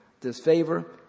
disfavor